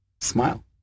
Smile